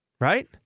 right